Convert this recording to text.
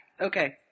Okay